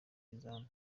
izamu